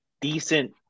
decent